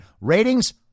Ratings